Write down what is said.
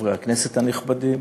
חברי הכנסת הנכבדים